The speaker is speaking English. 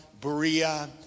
Berea